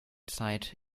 zeit